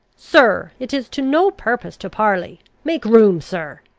sir, it is to no purpose to parley. make room, sir!